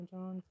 John